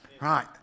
Right